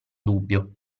dubbio